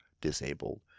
disabled